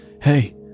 Hey